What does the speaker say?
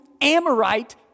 Amorite